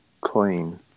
clean